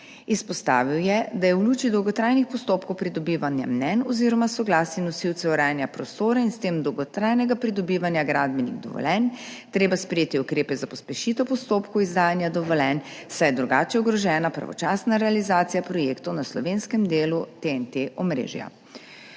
Izpostavil je, da je v luči dolgotrajnih postopkov pridobivanja mnenj oziroma soglasij nosilcev urejanja prostora in s tem dolgotrajnega pridobivanja gradbenih dovoljenj treba sprejeti ukrepe za pospešitev postopkov izdajanja dovoljenj, saj je drugače ogrožena pravočasna realizacija projektov na slovenskem delu omrežja